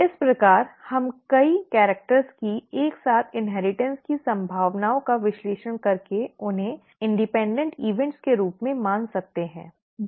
इस प्रकार हम कई कैरेक्टर्स की एक साथ inheritanceइन्हेरिटन्स की संभावनाओं का विश्लेषण करके उन्हें स्वतंत्र घटनाओं के रूप में मान सकते हैं ठीक है